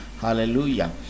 hallelujah